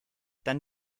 dann